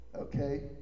Okay